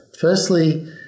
firstly